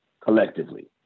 collectively